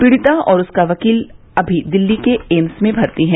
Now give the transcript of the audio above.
पीड़िता और उसका वकील अभी दिल्ली के एम्स में भर्ती है